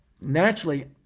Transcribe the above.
naturally